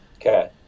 Okay